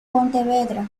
pontevedra